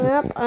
up